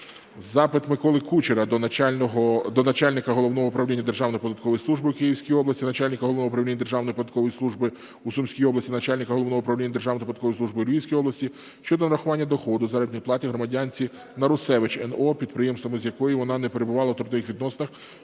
Миколи Кучера до начальника Головного управління державної податкової служби у Київській області, начальника Головного управління державної податкової служби у Сумській області, начальника Головного управління державної податкової служби у Львівській області щодо нарахування доходу (заробітної плати) громадянці Нарусевич Н.О. підприємствами, з якими вона не перебувала у трудових відносинах,